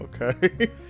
Okay